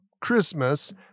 Christmas